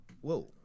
whoa